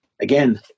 again